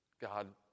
God